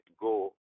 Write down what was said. go